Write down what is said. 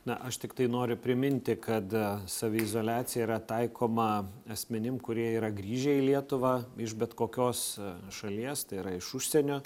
na aš tiktai noriu priminti kad saviizoliacija yra taikoma asmenim kurie yra grįžę į lietuvą iš bet kokios šalies tai yra iš užsienio